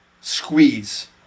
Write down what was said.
squeeze